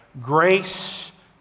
grace